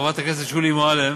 חברת הכנסת שולי מועלם,